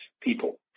people